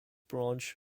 branch